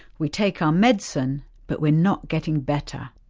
we take our medicine but we're not getting better.